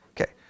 Okay